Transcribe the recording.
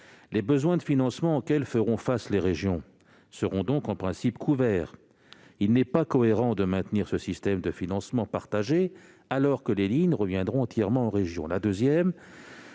Les besoins de financement auxquels feront face les régions seront donc, en principe, couverts. Il n'est pas cohérent de maintenir ce système de financement partagé alors que les lignes reviendront entièrement aux régions.